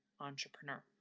entrepreneur